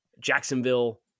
Jacksonville